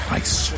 ice